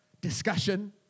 discussion